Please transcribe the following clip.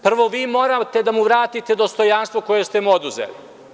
Prvo, vi morate da mu vratite dostojanstvo koje ste mu oduzeli.